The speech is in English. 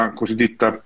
cosiddetta